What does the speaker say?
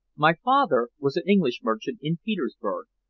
my father was an english merchant in petersburg,